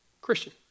Christian